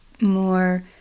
more